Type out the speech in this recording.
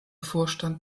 vorstand